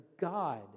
God